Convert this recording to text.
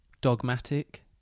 dogmatic